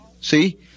See